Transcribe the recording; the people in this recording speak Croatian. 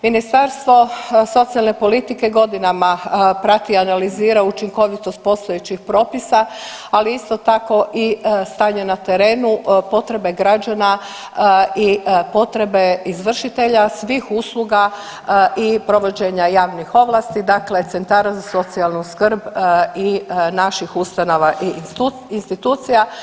Ministarstvo socijalne politike godinama prati i analizira učinkovitost postojećih propisa, ali isto tako i stanje na terenu potrebe građana i potrebe izvršitelja svih usluga i provođenja javnih ovlasti, dakle centara za socijalnu skrb i naših ustanova i institucija.